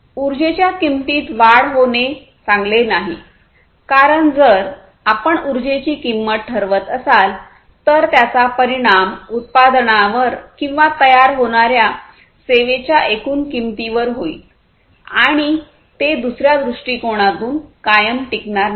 उर्जेच्या किंमतीत वाढ होणे चांगले नाही कारण जर आपण उर्जेची किंमत वाढवत असाल तर त्याचा परिणाम उत्पादनावर किंवा तयार होणार्या सेवेच्या एकूण किंमतीवर होईल आणि ते दुसर्या दृष्टीकोनातून कायम टिकणार नाही